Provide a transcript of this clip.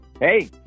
Hey